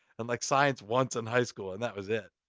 and like science once in high school. and that was it.